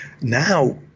Now